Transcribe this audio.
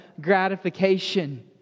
gratification